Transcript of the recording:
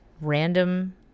random